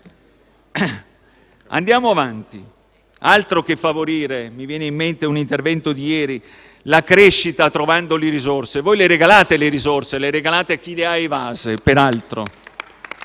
Andiamo avanti. Altro che favorire - mi viene in mente un intervento di ieri - la crescita trovando le risorse: voi le regalate, le risorse, a chi ha evaso, peraltro.